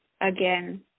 Again